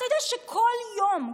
אתה יודע שכל יום,